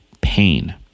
pain